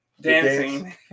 dancing